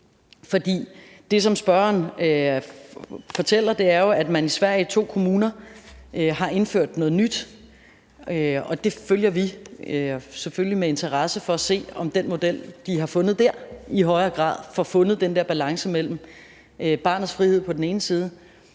her er »for kort tid siden«, har man i Sverige i to kommuner indført noget nyt. Det følger vi selvfølgelig med interesse for at se, om den model, de har fundet der, i højere grad får fundet den der balance mellem barnets frihed på den ene side